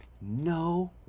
no